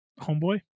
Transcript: Homeboy